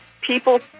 people